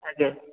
ଆଜ୍ଞା